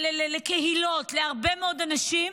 לקהילות, להרבה מאוד אנשים,